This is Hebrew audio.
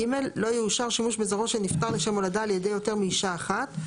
(ג) לא יאושר שימוש בזרעו של נפטר לשם הולדה על ידי יותר מאישה אחת,